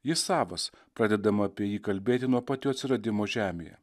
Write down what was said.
jis savas pradedama apie jį kalbėti nuo pat jo atsiradimo žemėje